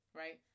right